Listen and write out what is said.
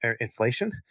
inflation